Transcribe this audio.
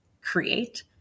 create